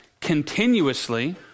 continuously